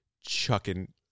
chucking